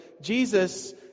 Jesus